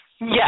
Yes